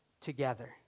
together